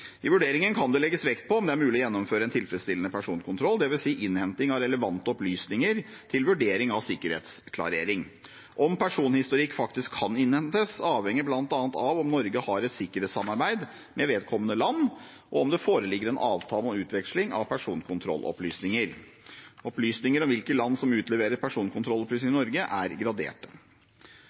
I vurderingen kan det legges vekt på om det er mulig å gjennomføre en tilfredsstillende personkontroll, dvs. innhenting av relevante opplysninger til vurdering av sikkerhetsklarering. Om personhistorikk faktisk kan innhentes, avhenger bl.a. av om Norge har et sikkerhetssamarbeid med vedkommende land, og om det foreligger en avtale om utveksling av personkontrollopplysninger. Opplysninger om hvilke land som utleverer personkontrollopplysninger til Norge, er